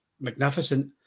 magnificent